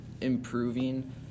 improving